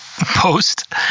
Post